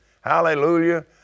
Hallelujah